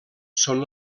són